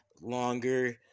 longer